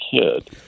kid